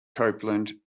copeland